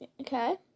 Okay